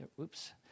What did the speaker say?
Oops